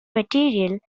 material